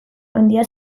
handia